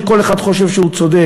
שכל אחד חושב שהוא צודק,